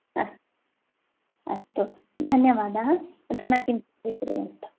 अस् अस्तु धन्यवादः अधुना किञ्चित् स्वीकुर्वन्तु